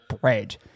bread